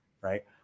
right